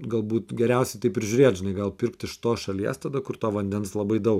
galbūt geriausiai taip ir žiūrėt žinai gal pirkt iš tos šalies tada kur to vandens labai daug